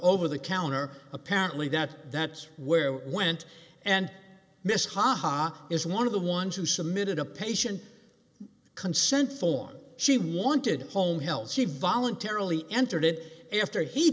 over the counter apparently that that's where it went and miss ha ha is one of the ones who submitted a patient consent form she wanted home health she voluntarily entered it after he